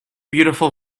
beautiful